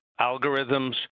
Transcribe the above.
algorithms